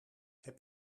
heb